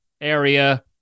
area